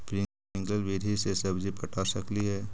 Sprinkle विधि से सब्जी पटा सकली हे?